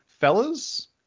fellas